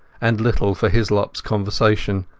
and little for hislopas conversation,